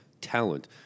talent